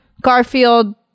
Garfield